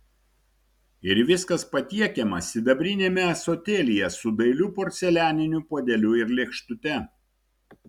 ir viskas patiekiama sidabriniame ąsotėlyje su dailiu porcelianiniu puodeliu ir lėkštute